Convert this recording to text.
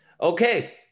okay